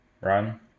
run